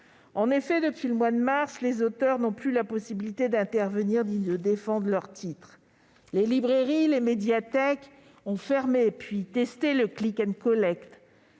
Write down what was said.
En effet, depuis le mois de mars, les auteurs n'ont plus la possibilité d'intervenir ni de défendre leurs titres. Les librairies et les médiathèques ont fermé, puis testé le. Le transport